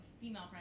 female